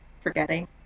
forgetting